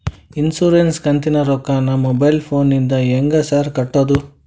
Insurance ಕಂತಿನ ರೊಕ್ಕನಾ mobile ಫೋನಿಂದ ಹೆಂಗ್ ಸಾರ್ ಕಟ್ಟದು?